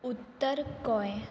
Uttar Goa